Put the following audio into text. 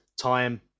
time